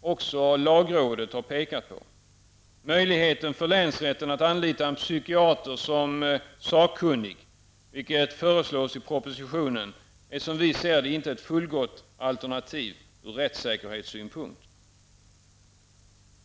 också lagrådet har pekat på. Möjligheten för länsrätten att anlita en psykiater som sakkunnig, vilket föreslås i propositionen, är enligt vår mening inte ett fullgott alternativ ur rättssäkerhetssynpunkt.